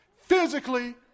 Physically